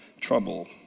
trouble